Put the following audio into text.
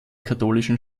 katholischen